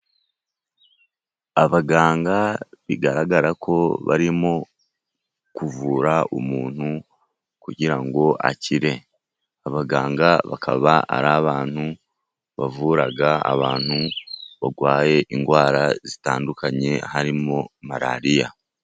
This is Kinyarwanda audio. Abaganga bigaragara ko barimo kuvura umuntu kugira akire, abaganga bakaba ari abantu, bavura abantu barwaye indwara zitandukanye harimo malariya.